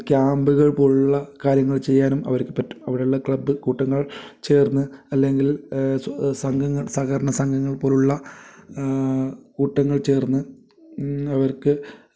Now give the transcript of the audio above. ക്യാമ്പുകൾ പോലെയുള്ള കാര്യങ്ങൾ ചെയ്യാനും അവർക്ക് പറ്റും അവിടെയുള്ള ക്ലബ് കൂട്ടങ്ങൾ ചേർന്ന് അല്ലെങ്കിൽ സ് സംഘങ്ങൾ സഹകരണ സംഘങ്ങൾ പോലെയുള്ള കൂട്ടങ്ങൾ ചേർന്ന് അവർക്ക്